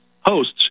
Hosts